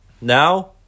Now